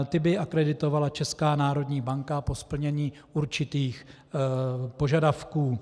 Ty by akreditovala Česká národní banka po splnění určitých požadavků.